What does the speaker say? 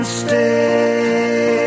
stay